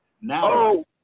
Now-